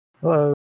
Hello